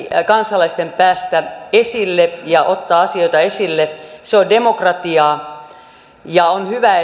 kansalaisten päästä esille ja ottaa asioita esille se on demokratiaa on hyvä